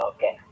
Okay